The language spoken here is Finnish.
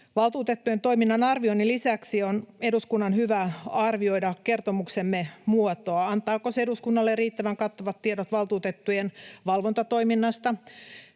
Valtuutettujen toiminnan arvioinnin lisäksi on eduskunnan hyvä arvioida kertomuksemme muotoa: antaako se eduskunnalle riittävän kattavat tiedot valtuutettujen valvontatoiminnasta?